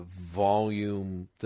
volume